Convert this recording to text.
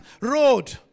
road